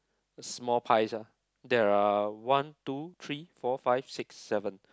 small pies ah there are one two three four five six seven